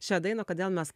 šią dainą kodėl mes